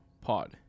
pod